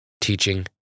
teaching